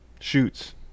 Shoots